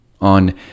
On